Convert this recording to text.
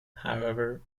however